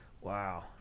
Wow